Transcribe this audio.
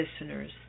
listeners